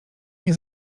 nie